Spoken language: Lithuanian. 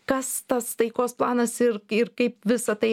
kas tas taikos planas ir ir kaip visa tai